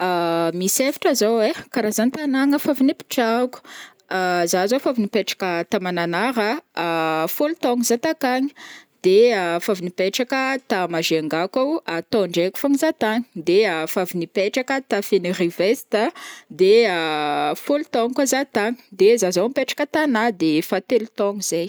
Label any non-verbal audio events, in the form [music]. [hesitation] Misy efatra zao ai karazan-tanagna efa avy nipitrahako, [hesitation] zaho zao efa avy nipetraka t' à Mananara, [hesitation] fôlo taogno zah takagny, de [hesitation] f'avy nipetraka t' à Majunga koa o, taondraiky fogna zaho tagny, de [hesitation] favy nipetraka t'à Fenerive-Est a, de [hesitation] fôlo taogno koa zah tagny, de zaho zao mipetraka à Tana de efa telo taogno zay.